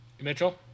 mitchell